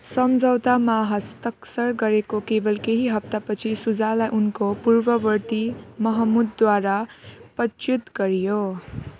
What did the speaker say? सम्झौतामा हस्ताक्षर गरेको केवल केही हप्तापछि सुजालाई उनको पूर्ववर्ती महमुदद्वारा पदच्युत गरियो